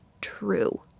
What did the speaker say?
true